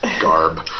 garb